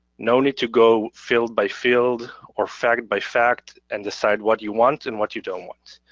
no need to go field by field or fact by fact and decide what you want and what you don't want.